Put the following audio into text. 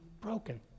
broken